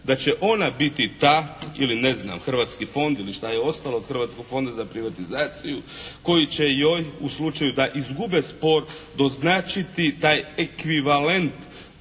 da će ona biti ta ili ne znam hrvatski fond ili šta je ostalo od Hrvatskog fonda za privatizaciju koji će joj u slučaju da izgube spor doznačiti taj ekvivalent